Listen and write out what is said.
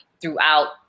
throughout